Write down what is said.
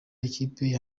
ikipe